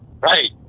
Right